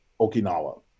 Okinawa